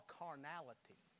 carnality